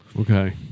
Okay